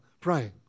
praying